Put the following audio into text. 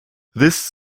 this